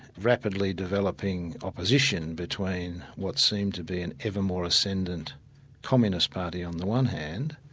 rapidly developing opposition between what seemed to be an ever more ascendant communist party on the one hand,